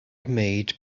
made